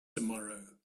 tomorrow